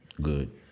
Good